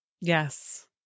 Yes